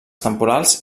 temporals